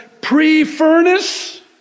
pre-furnace